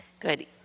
Good